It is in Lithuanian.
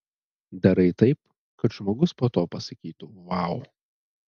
darai taip kad žmogus po to pasakytų vau